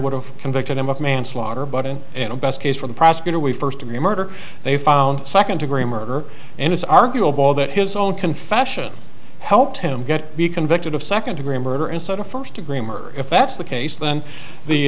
would have convicted him of manslaughter but in you know best case for the prosecutor we first degree murder they found second degree murder and it's arguable that his own confession helped him get be convicted of second degree murder instead of first degree murder if that's the case then the